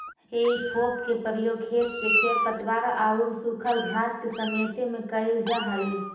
हेइ फोक के प्रयोग खेत से खेर पतवार औउर सूखल घास के समेटे में कईल जा हई